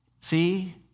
see